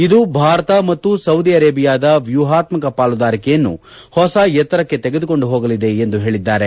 ಇದು ಭಾರತ ಮತ್ತು ಸೌದಿ ಅರೇಬಿಯಾದ ವ್ಯೂಪಾತ್ಸಕ ಪಾಲುದಾರಿಕೆಯನ್ನು ಹೊಸ ಎತ್ತರಕ್ಕೆ ತೆಗೆದುಕೊಂಡು ಹೋಗಲದೆ ಎಂದು ಹೇಳಿದ್ದಾರೆ